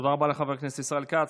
תודה רבה לחבר הכנסת ישראל כץ.